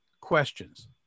questions